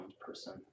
person